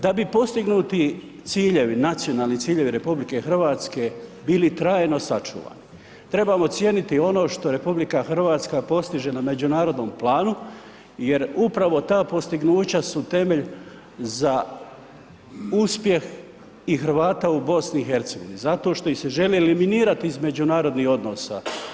Da bi postignuti ciljevi, nacionalni ciljevi RH bili trajno sačuvani trebamo cijeniti ono što RH postiže na međunarodnom planu jer upravo ta postignuća su temelj za uspjeh i Hrvata u BiH zato što ih se želi eliminirat iz međunarodnih odnosa.